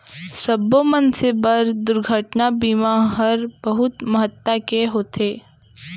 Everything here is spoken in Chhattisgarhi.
सब्बो मनसे बर दुरघटना बीमा हर बहुत महत्ता के होथे